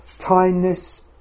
kindness